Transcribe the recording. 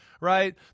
right